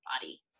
body